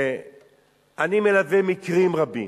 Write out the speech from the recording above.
שאני מלווה מקרים רבים,